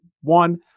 one